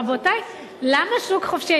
רבותי, למה שוק חופשי?